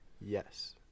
Yes